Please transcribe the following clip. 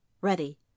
ready